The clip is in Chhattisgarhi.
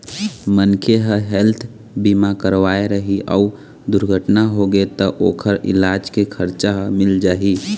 मनखे ह हेल्थ बीमा करवाए रही अउ दुरघटना होगे त ओखर इलाज के खरचा ह मिल जाही